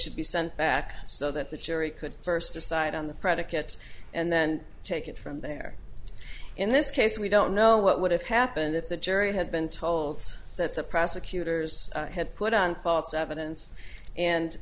should be sent back so that the jury could first decide on the predicate and then take it from there in this case we don't know what would have happened if the jury had been told that the prosecutors had put on false evidence and